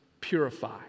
purify